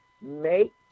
make